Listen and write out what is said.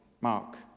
Mark